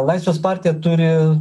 laisvės partija turi